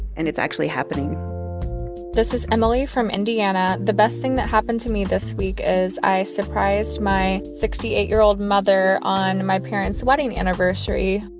and it's actually happening this is emily from indiana. the best thing that happened to me this week is i surprised my sixty eight year old mother on my parents' wedding anniversary.